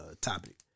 topic